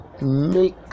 make